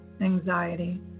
anxiety